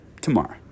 tomorrow